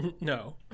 No